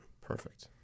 Perfect